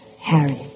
Harry